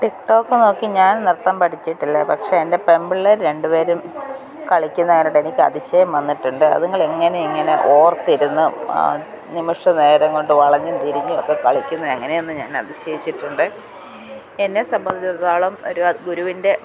TikTok നോക്കി ഞാൻ നൃത്തം പഠിച്ചിട്ടില്ല പക്ഷെ എൻ്റെ പെമ്പിള്ളേര് രണ്ടു പേരും കളിക്കുന്ന എനിക്ക് അതിശയം വന്നിട്ടുണ്ട് അതുങ്ങളെങ്ങനെ അങ്ങനെ ഓർത്തിരുന്നു നിമിഷ നേരം കൊണ്ടു വളഞ്ഞും തിരിഞ്ഞും ഒക്കെ കളിക്കുന്ന എങ്ങനെയെന്നു ഞാൻ അതിശയിച്ചിട്ടുണ്ട് എന്നെ സംബന്ധിച്ചിടത്തോളം ഒരു ഗുരുവിൻ്റെ